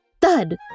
Thud